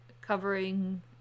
covering